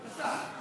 קצר.